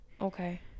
Okay